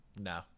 No